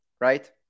right